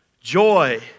joy